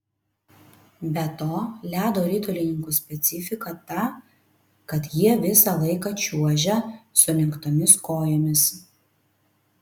be to ledo ritulininkų specifika ta kad jie visą laiką čiuožia sulenktomis kojomis